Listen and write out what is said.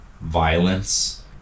violence